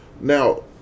Now